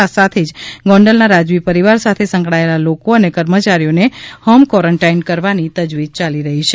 આ સાથે જ ગોંડલના રાજવી પરિવાર સાથે સંકળાયેલા લોકો અને કર્મચારીઓને હોમ કવોરનટાઈન કરવાની તજવીજ ચાલી રહી છે